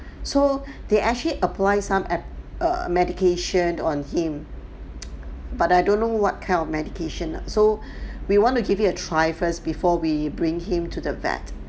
so they actually apply some ap~ uh medication on him but I don't know what kind of medication so we want to give it a try first before we bring him to the vet